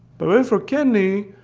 but then for kenny,